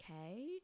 okay